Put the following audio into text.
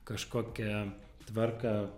kažkokią tvarką